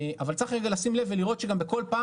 אבל צריך רגע לשים לב ולראות שגם בכל פעם